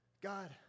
God